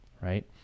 right